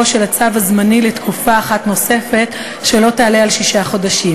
של הצו הזמני לתקופה אחת נוספת שלא תעלה על שישה חודשים,